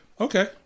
okay